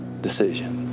decision